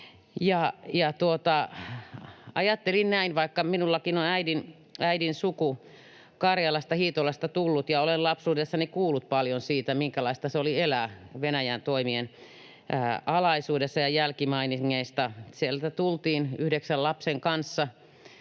Ajattelin näin, vaikka minullakin on äidin suku Karjalasta, Hiitolasta, tullut ja olen lapsuudessani kuullut paljon siitä, minkälaista oli elää Venäjän toimien alaisuudessa ja jälkimainingeissa. Sieltä tulivat, Hilja ja Matti, yhdeksän lapsen kanssa